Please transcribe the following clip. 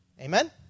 amen